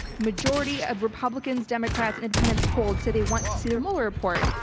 the majority of republicans, democrats and independents polled say they want to see their mueller report.